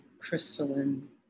crystalline